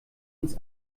uns